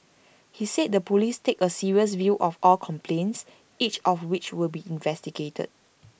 he said the Police take A serious view of all complaints each of which will be investigated